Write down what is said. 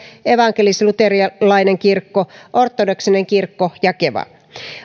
evankelisluterilainen kirkko ortodoksinen kirkko ja keva